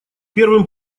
первым